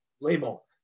label